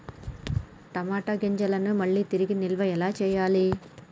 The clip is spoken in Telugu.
టమాట గింజలను మళ్ళీ తిరిగి నిల్వ ఎలా చేయాలి?